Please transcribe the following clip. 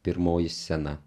pirmoji scena